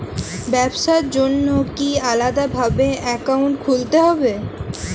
ব্যাবসার জন্য কি আলাদা ভাবে অ্যাকাউন্ট খুলতে হবে?